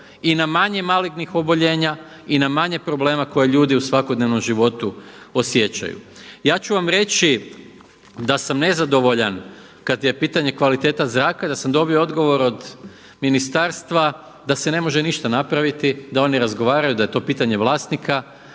I na manje malignih oboljenja i na manje problema koje ljudi u svakodnevnom životu osjećaju. Ja ću vam reći da sam nezadovoljan kada je pitanje kvaliteta zraka i da sam dobio odgovor od ministarstva da se ne može ništa napraviti, da oni razgovaraju, da je to pitanje vlasnika,